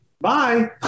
bye